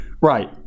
right